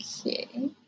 Okay